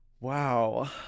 Wow